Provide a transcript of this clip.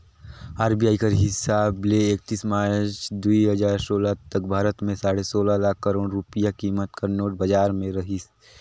RBI कर हिसाब ले एकतीस मार्च दुई हजार सोला तक भारत में साढ़े सोला लाख करोड़ रूपिया कीमत कर नोट बजार में रहिस